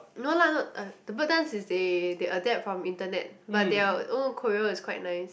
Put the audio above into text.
no lah not ah the bird dance is they they adapt from internet but their own choreo is quite nice